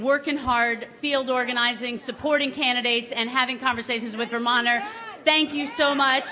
working hard field organizing supporting candidates and having conversations with a minor thank you so much